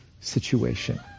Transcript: situation